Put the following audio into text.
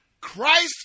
Christ